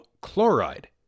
chloride